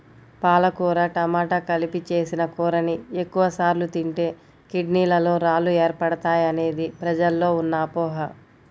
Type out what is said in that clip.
పాలకూర టమాట కలిపి చేసిన కూరని ఎక్కువ సార్లు తింటే కిడ్నీలలో రాళ్లు ఏర్పడతాయనేది ప్రజల్లో ఉన్న అపోహ